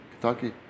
Kentucky